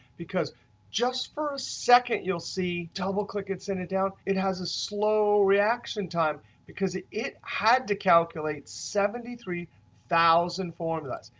because just for a second you'll see double click and send it down, it has a slow reaction time because it it had to calculate seventy three thousand formulas.